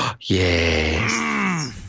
Yes